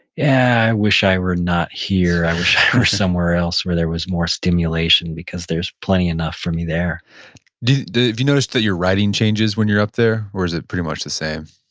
yeah, i wish i were not here. i wish or were somewhere else where there was more stimulation, because there's plenty enough for me there have you noticed that your writing changes when you're up there or is it pretty much the same?